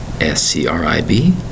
S-C-R-I-B